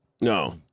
No